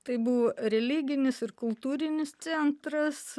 tai buvo religinis ir kultūrinis centras